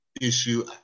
issue